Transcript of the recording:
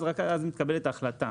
ורק אז מתקבלת החלטה.